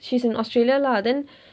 she's in australia lah then